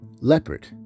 leopard